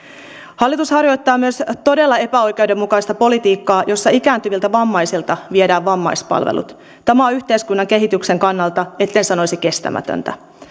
hallitus harjoittaa myös todella epäoikeudenmukaista politiikkaa jossa ikääntyviltä vammaisilta viedään vammaispalvelut tämä on yhteiskunnan kehityksen kannalta etten sanoisi kestämätöntä